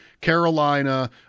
Carolina